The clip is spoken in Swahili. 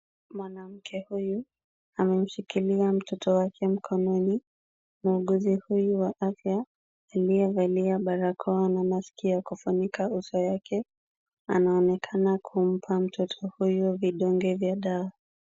Mwanamke huyu amemshikilia mtoto wake mkononi. Muuguzi huyu wa afya aliyevalia barakoa na maski ya kufunika uso wake, anaonekana kumpa mtoto huyu vidonge vya dawa.